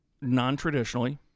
non-traditionally